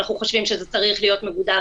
אנחנו חושבים שזה צריך להיות מגודר